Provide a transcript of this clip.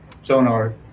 sonar